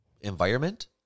environment